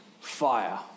fire